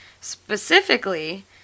Specifically